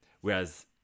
whereas